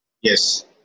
yes